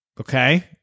okay